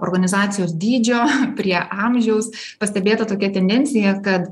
organizacijos dydžio prie amžiaus pastebėta tokia tendencija kad